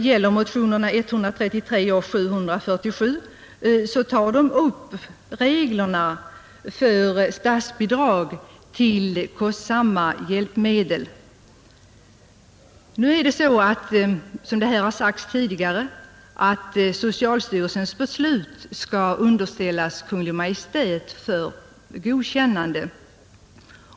I motionerna 133 och 747 tas upp frågan om reglerna för statsbidrag till kostsamma hjälpmedel. Som här har sagts tidigare skall socialstyrelsen pröva ordination av särskilt kostsamma hjälpmedel, och beslutet skall underställas Kungl. Maj:t för godkännande.